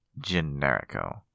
Generico